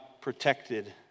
protected